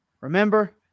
Remember